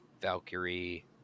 Valkyrie